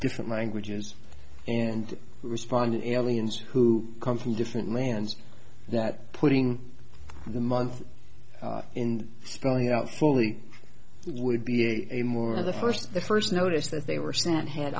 different languages and respond aliens who come from different lands that putting the month in spelling out fully would be a more of the first the first notice that they were sent had